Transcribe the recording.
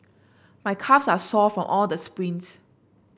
my calves are sore from all the sprints